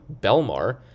Belmar